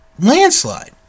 Landslide